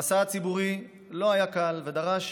המסע הציבורי לא היה קל, ודרש